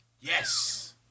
Yes